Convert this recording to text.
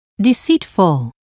deceitful